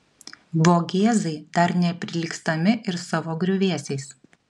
vogėzai dar neprilygstami ir savo griuvėsiais